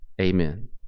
Amen